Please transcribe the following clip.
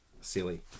silly